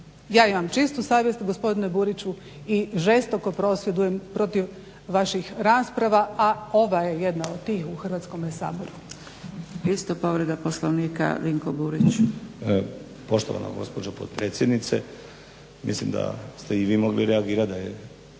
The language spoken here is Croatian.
Ja imam čistu savjest gospodine Buriću, i žestoko prosvjedujem protiv vaših rasprava a ova je jedna od tih u Hrvatskom saboru. **Zgrebec, Dragica (SDP)** Isto povreda Poslovnika, Dinko Burić. **Burić, Dinko (HDSSB)** Poštovana gospođo potpredsjednice mislim da ste i vi mogli reagirati da je